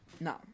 No